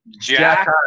Jack